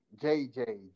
JJ